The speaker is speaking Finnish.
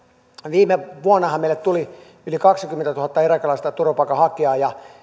viime vuonnahan meille tuli yli kaksikymmentätuhatta irakilaista turvapaikanhakijaa ja